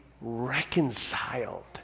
reconciled